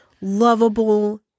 lovable